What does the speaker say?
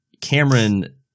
Cameron –